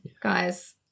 guys